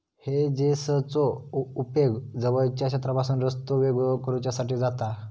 हेजेसचो उपेग जवळच्या क्षेत्रापासून रस्तो वेगळो करुच्यासाठी जाता